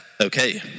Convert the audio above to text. Okay